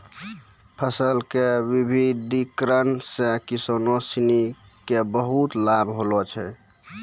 फसल के विविधिकरण सॅ किसानों सिनि क बहुत लाभ होलो छै